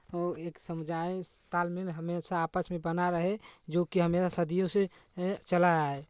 एक समुदाय तालमेल हमेशा आपस में बना रहे जो कि हमेशा सदियों से चला आए